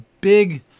big